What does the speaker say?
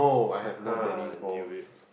knew it